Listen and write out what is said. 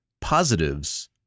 positives